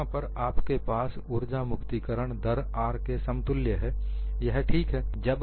यहां पर आपके पास उर्जा मुक्तिकरण दर R के समतुल्य है यह ठीक है